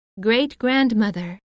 Great-grandmother